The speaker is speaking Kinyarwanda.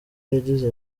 yagize